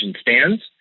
stands